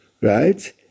right